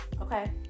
okay